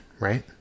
right